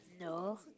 No